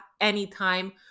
anytime